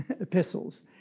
epistles